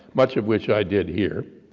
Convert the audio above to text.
much of which i did here.